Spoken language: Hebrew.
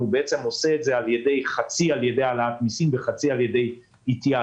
הוא עושה את זה חצי על ידי העלאת מיסים וחצי על ידי התייעלויות.